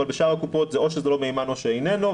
אבל בשאר הקופות זה או שלא מהימן או שאיננו.